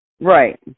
Right